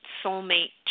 soulmate